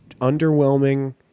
underwhelming